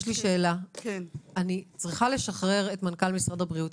אני צריכה לשחרר את מנכ"ל משרד הבריאות,